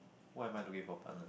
why am I looking for a partner